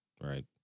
right